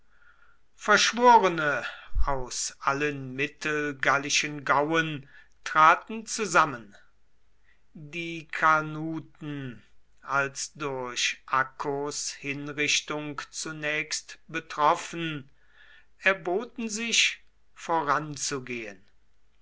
verschworene aus allen mittelgallischen gauen traten zusammen die carnuten als durch accos hinrichtung zunächst betroffen erboten sich voranzugehen